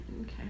Okay